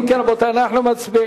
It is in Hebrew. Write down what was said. אם כן, רבותי, אנחנו מצביעים.